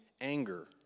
anger